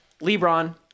LeBron